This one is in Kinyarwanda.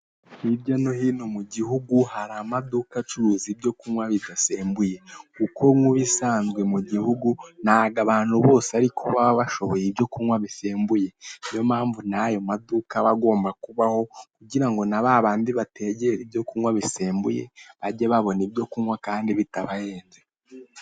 Hirya no hino mu gihugu hari amaduka acuruza ibyo kunywa bidasembuye. Uko nkibisanzwe mu gihugu ntabwo abantu bose ariko baba bashoboye ibyo kunywa bisembuye niyompamvu n'ayo maduka aba agomba kubaho kugira ngo na babandi bategera ibyo kunywa bisembuye bage babona ibyo kunywa kandi bitabahenze.